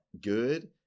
good